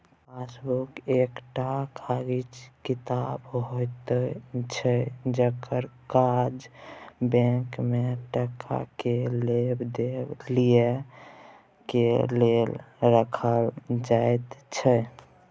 passbook एकटा कागजी किताब होइत छै जकर काज बैंक में टका के लेब देब लिखे के लेल राखल जाइत छै